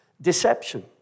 deception